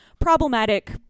problematic